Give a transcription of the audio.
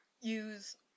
use